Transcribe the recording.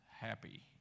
happy